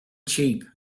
cheap